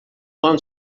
خواهم